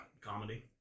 comedy